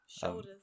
Shoulders